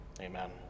Amen